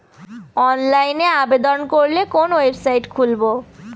অনলাইনে আবেদন করলে কোন ওয়েবসাইট খুলব?